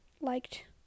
liked